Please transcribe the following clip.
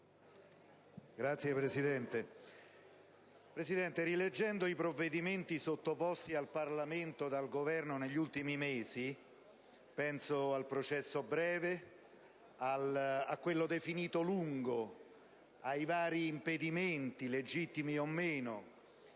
Presidente, rileggendo i provvedimenti sottoposti al Parlamento dal Governo negli ultimi mesi - penso al processo breve, a quello definito lungo, ai vari impedimenti, legittimi o meno